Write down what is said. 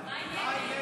גולן,